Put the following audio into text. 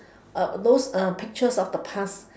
uh those uh pictures of the past